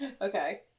Okay